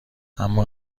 اما